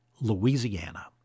Louisiana